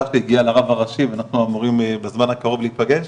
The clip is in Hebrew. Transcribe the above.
שלי הגיעה אל הרב הראשי ואנחנו אמורים בזמן הקרוב להיפגש,